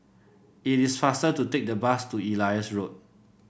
it is faster to take the bus to Elias Road